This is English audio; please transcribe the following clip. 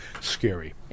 Scary